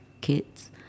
kids